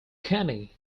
kenny